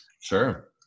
Sure